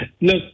Look